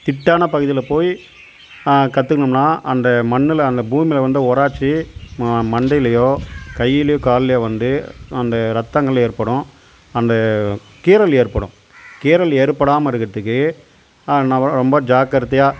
திட்டான பகுதியில் போய் கற்றுக்கணும்னா அந்த மண்ணில் அந்த பூமியை வந்து உராச்சி மா மண்டைலேயோ கையிலேயோ கால்லேயோ வந்து அந்த ரத்தங்கள் ஏற்படும் அந்த கீரல் ஏற்படும் கீரல் ஏற்படாமல் இருக்கிறத்துக்கு என்ன பண்ணுவேன் ரொம்ப ஜாக்கிரதையாக